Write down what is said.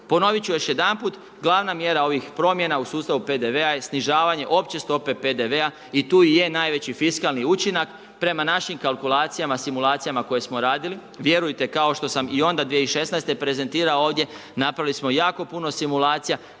Ponovit ću još jedanput, glavna mjera ovih promjena u sustavu PDV-a je snižavanje opće stope PDV-a i tu je najveći fiskalni učinak prema našim kalkulacijama, simulacijama koje smo radili. Vjerujte, kao što sam i onda 2016. prezentirao ovdje, napravili smo jako puno simulacija